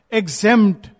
exempt